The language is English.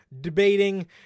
debating